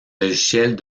logiciels